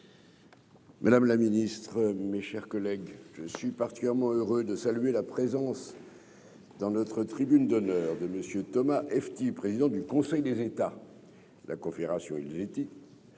Madame la ministre, mes chers collègues, je suis particulièrement heureux de saluer la présence dans la tribune d'honneur de M. Thomas Hefti, président du Conseil des États de la Confédération helvétique,